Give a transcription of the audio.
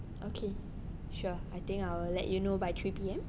okay sure I think I will let you know by three P_M